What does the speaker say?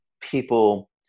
people